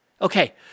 Okay